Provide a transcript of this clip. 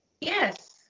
Yes